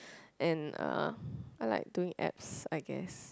and uh I like doing abs I guess